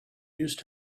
used